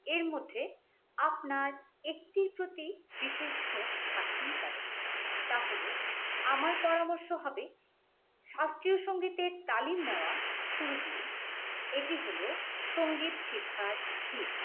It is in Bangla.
এর মধ্যে আপনার একটির প্রতি বিশেষ ঝোঁক থাকতেই পারে তাহলে আমার পরামর্শ হবে শাস্ত্রীয় সঙ্গীতের তালিম নেওয়া শুরু করুন এটি হল সঙ্গীত শিক্ষার ভিত